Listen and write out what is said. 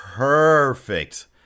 Perfect